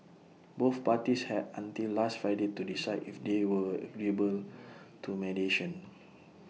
both parties had until last Friday to decide if they were agreeable to mediation